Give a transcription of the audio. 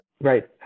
Right